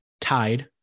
tied